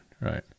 right